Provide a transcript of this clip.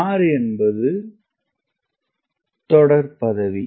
6 என்பது பெயரிடலுக்கான தொடர் பதவி